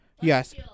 Yes